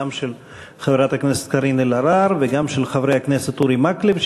גם של חברת הכנסת קארין אלהרר וגם של חבר הכנסת אורי מקלב,